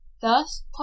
Thus